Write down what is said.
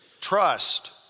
Trust